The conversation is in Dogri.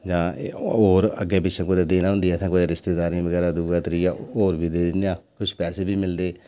जां एह् होर अग्गें पिच्छें देनी होंदी असें रिस्तेदारें बगैरा दूआ त्रीया जि'यां किश पेसै बी मिलदे